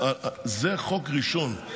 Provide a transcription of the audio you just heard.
זה חוק ראשון.